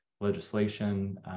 legislation